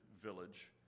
village